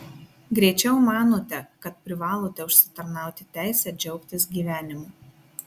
greičiau manote kad privalote užsitarnauti teisę džiaugtis gyvenimu